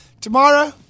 Tomorrow